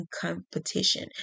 Competition